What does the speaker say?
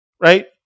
right